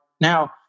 Now